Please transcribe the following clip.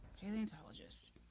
Paleontologist